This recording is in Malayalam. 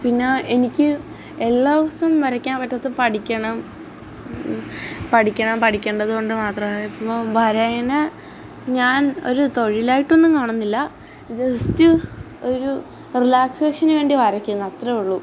പിന്നെ എനിക്ക് ഈ എല്ലാ ദിവസവും വരക്കാൻ പറ്റാത്തത് പഠിക്കണം പഠിക്കണം പഠിക്കേണ്ടത് കൊണ്ട് മാത്രം ഇപ്പോൾ വരേനെ ഞാൻ ഒര് തൊഴിലായിട്ടൊന്നും കാണുന്നില്ല ജസ്റ്റ് ഒരു റിലാക്സേഷനുവേണ്ടി വരക്കുന്നു അത്രേ ഉള്ളൂ